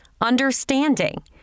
Understanding